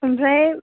ओमफ्राय